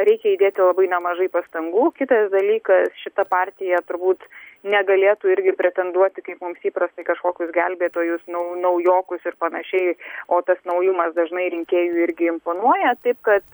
reikia įdėti labai nemažai pastangų kitas dalykas šita partija turbūt negalėtų irgi pretenduoti kaip mums įprasta į kažkokius gelbėtojus nau naujokus ir panašiai o tas naujumas dažnai rinkėjui irgi imponuoja taip kad